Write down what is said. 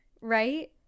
Right